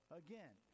again